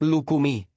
Lukumi